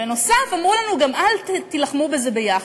בנוסף, אמרו לנו: אל תילחמו בזה ביחד.